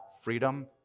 freedom